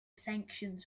sanctions